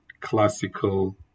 classical